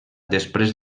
després